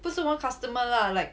不是 one customer lah like